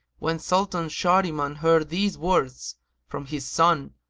when sultan shahriman heard these words from his son,